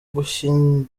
gushyingura